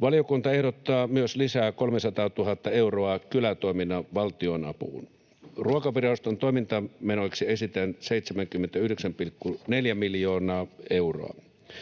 Valiokunta ehdottaa myös lisää 300 000 euroa kylätoiminnan valtionapuun. Ruokaviraston toimintamenoiksi esitetään 79,4 miljoonaa euroa.